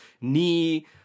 knee